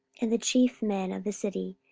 and the chief men of the city,